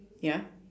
ya